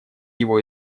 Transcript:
его